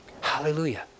Hallelujah